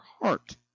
heart